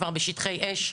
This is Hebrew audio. כבר בשטחי אש.